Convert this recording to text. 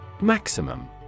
Maximum